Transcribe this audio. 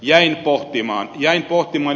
jäin pohtimaan ed